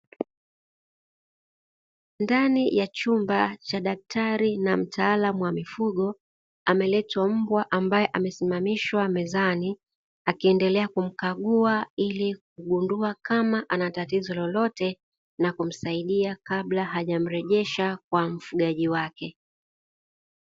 Ndani ya chumba cha daktari na mtaalamu wa mifugo ameletwa mbwa ambaye amesimamishwa mezani akiendelea kumkagua ili kugundua kama ana tatizo lolote na kumsaidia kabla hajamrejesha kwa mfugaji wake.